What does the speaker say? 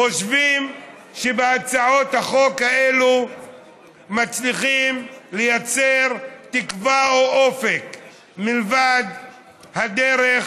חושבים שבהצעות החוק האלו מצליחים לייצר תקווה או אופק מלבד הדרך